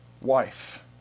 wife